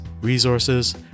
resources